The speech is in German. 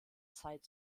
zeit